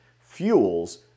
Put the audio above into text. fuels